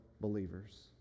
believers